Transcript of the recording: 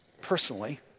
personally